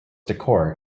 decor